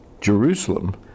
Jerusalem